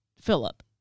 Philip